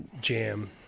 jam